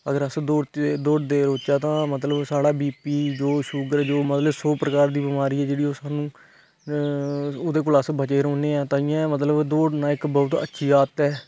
अगर अस दौडदे रौहचे तां मतलब साढ़ा बी पी जो शुगर जो मतलब सौ प्रकार दी बिमारी जेहड़ी ओह् सानू ओहदे कोला अस बचे रौंहना हा ता इयै मतलब दौड़ना इक बहूत अच्छा आदत ऐ